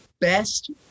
best